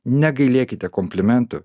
negailėkite komplimentų